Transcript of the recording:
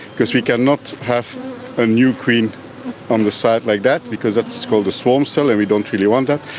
because we cannot have a new queen on the side like that because that's called the swarm cell and we don't really want that.